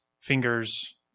fingers